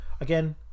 Again